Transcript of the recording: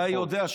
אתה יודע,